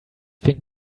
been